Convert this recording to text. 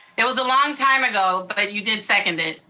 it was a long time ago, but you did second it.